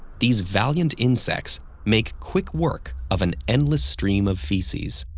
these valiant insects make quick work of an endless stream of feces.